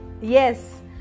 yes